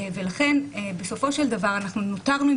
ולכן בסופו של דבר אנחנו נותרנו עם